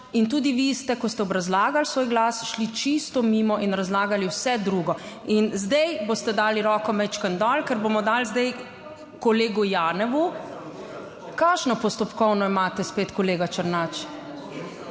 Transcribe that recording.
In tudi vi ste, ko ste obrazlagali svoj glas, šli čisto mimo in razlagali vse drugo. In zdaj boste dali roko majčkeno dol, ker bomo dali zdaj kolegu Janevu. Kakšno postopkovno imate spet, kolega Černač?